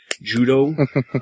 Judo